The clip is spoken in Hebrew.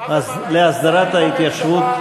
להסדרת ההתיישבות,